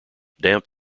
damp